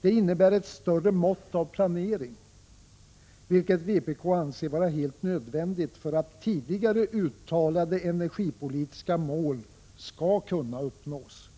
Det innebär ett större mått av planering, vilket vpk anser vara helt nödvändigt för att tidigare uttalade energipolitiska mål skall kunna uppnås.